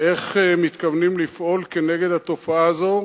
איך מתכוונים לפעול נגד התופעה הזאת.